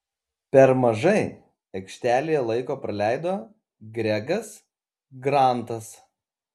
per mažai aikštėje laiko praleido gregas grantas